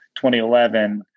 2011